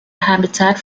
habitat